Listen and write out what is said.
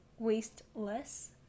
waste-less